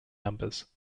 numbers